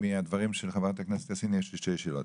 מהדברים של חברת הכנסת יאסין יש לי שתי שאלות.